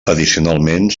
addicionalment